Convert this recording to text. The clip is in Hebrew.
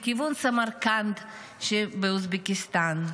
לכיוון סמרקנד שבאוזבקיסטן.